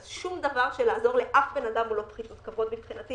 אז שום דבר לעזור לאף בן אדם הוא לא פחיתות כבוד מבחינתי,